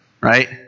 right